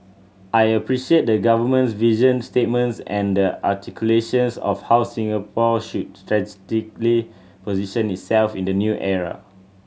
I appreciate the Government's vision statements and the articulations of how Singapore should strategically position itself in the new era